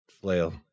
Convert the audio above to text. flail